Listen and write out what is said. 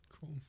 Cool